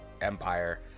empire